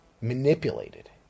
manipulated